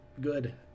good